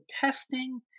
testing